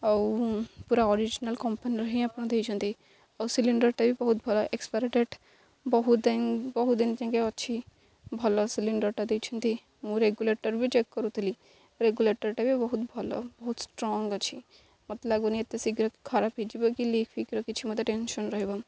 ଆଉ ପୁରା ଅରିଜିନାଲ୍ କମ୍ପାନୀର ହିଁ ଆପଣ ଦେଇଛନ୍ତି ଆଉ ସିଲିଣ୍ଡର୍ଟା ବି ବହୁତ ଭଲ ଏକ୍ସପାରି ଡେଟ୍ ବହୁତ ବହୁତ ଦିନ ଯାକେ ଅଛି ଭଲ ସିଲିଣ୍ଡର୍ଟା ଦେଇଛନ୍ତି ମୁଁ ରେଗୁଲେଟର୍ ବି ଚେକ୍ କରୁଥିଲି ରେଗୁଲେଟର୍ଟା ବି ବହୁତ ଭଲ ବହୁତ ଷ୍ଟ୍ରଙ୍ଗ ଅଛି ମୋତେ ଲାଗୁନି ଏତେ ଶୀଘ୍ର ଖରାପ ହେଇଯିବ କି ଲିକ୍ ଫିକ୍ର କିଛି ମୋତେ ଟେନସନ୍ ରହିବ